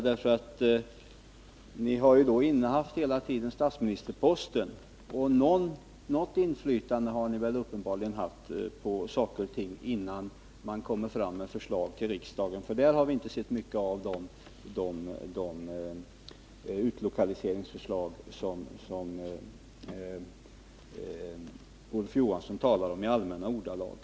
Ni har ju hela tiden innehaft statsministerposten, och något inflytande har ni väl ändå haft på saker och ting, innan förslag lagts fram till riksdagen. Där har vi inte sett mycket av de utlokaliseringsförslag som Olof Johansson talar om i allmänna ordalag.